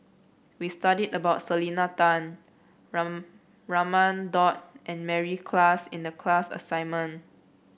we studied about Selena Tan Raman Daud and Mary Klass in the class assignment